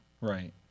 right